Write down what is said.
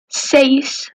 seis